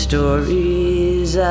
Stories